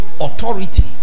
Authority